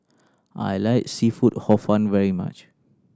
I like seafood Hor Fun very much